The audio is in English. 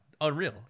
unreal